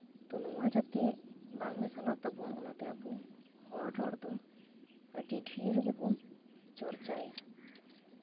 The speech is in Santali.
ᱛᱚ ᱱᱚᱣᱟ ᱡᱟᱛᱮ ᱵᱟᱝ ᱢᱮᱥᱟᱞᱚᱜ ᱛᱟᱵᱚᱱ ᱚᱱᱟᱛᱮ ᱟᱵᱚ ᱦᱚᱲ ᱨᱚᱲ ᱫᱚ ᱟᱹᱰᱤ ᱰᱷᱤᱨ ᱜᱮᱵᱚᱱ ᱪᱚᱨᱪᱟᱭᱮᱫᱟ